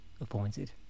appointed